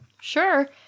Sure